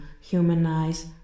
humanize